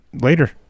later